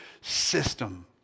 system